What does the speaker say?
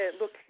look